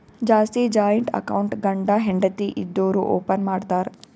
ಜಾಸ್ತಿ joint account ಗಂಡ ಹೆಂಡತಿ ಇದ್ದೋರು ಓಪನ್ ಮಾಡ್ತಾರ್